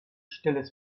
stilles